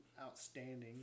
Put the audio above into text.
outstanding